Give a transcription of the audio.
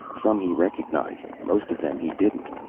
some he recognized, most of them he didn't.